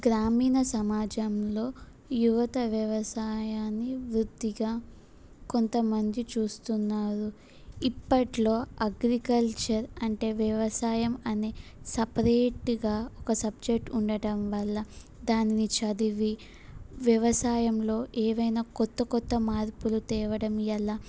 గ్రామీణ సమాజంలో యువత వ్యవసాయాన్ని వృత్తిగా కొంతమంది చూస్తున్నారు ఇప్పట్లో అగ్రికల్చర్ అంటే వ్యవసాయం అని సపరేట్గా ఒక సబ్జెక్ట్ ఉండటం వల్ల దానిని చదివి వ్యవసాయంలో ఏవైనా కొత్త కొత్త మార్పులు తేవడం ఎలా